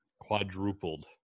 quadrupled